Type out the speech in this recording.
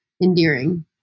Endearing